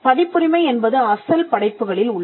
பதிப்புரிமை என்பது அசல் படைப்புகளில் உள்ளது